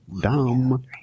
dumb